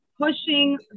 pushing